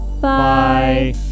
Bye